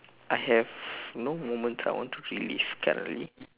I have no moments I want to relive currently